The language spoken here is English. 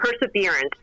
perseverance